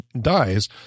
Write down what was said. dies